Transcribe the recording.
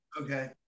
Okay